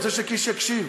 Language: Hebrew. אני רוצה שקיש יקשיב.